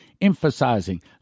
emphasizing